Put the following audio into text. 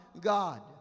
God